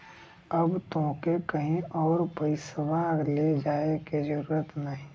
अब तोके कहींओ पइसवा ले जाए की जरूरत ना